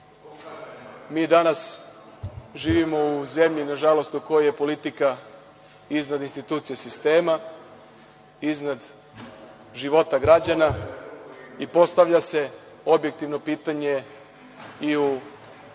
mi danas živimo u zemlji u kojoj je politika iznad institucija sistema, iznad života građana i postavlja se objektivno pitanje i u objektivnost